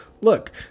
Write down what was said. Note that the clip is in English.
look